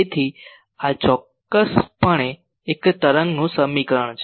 તેથી આ ચોક્કસપણે એક તરંગનું એક સમીકરણ છે